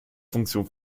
funktion